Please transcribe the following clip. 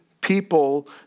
people